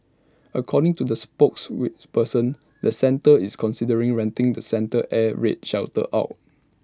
according to the spokes which person the centre is considering renting the center air raid shelter out